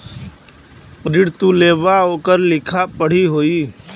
ऋण तू लेबा ओकर लिखा पढ़ी होई